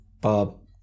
Bob